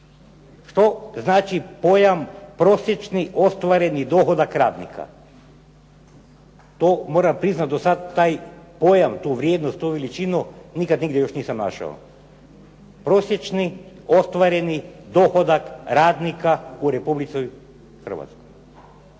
Što znači pojam prosječni ostvareni dohodak radnika? To moram priznati taj pojam do sada tu vrijednost, tu veličinu nikada nigdje još nisam našao. Prosječni ostvareni dohodak radnika u Republici Hrvatskoj.